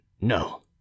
no